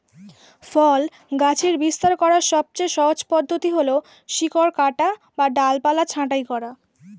ফল গাছের বিস্তার করার সবচেয়ে সহজ পদ্ধতি হল শিকড় কাটা বা ডালপালা ছাঁটাই করা